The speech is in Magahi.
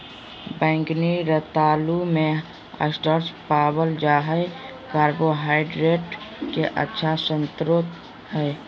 बैंगनी रतालू मे स्टार्च पावल जा हय कार्बोहाइड्रेट के अच्छा स्रोत हय